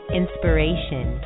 inspiration